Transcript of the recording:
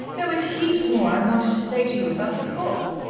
there was heaps more i wanted to say to you about the book,